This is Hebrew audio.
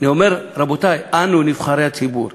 רבותי, אנו נבחרי הציבור,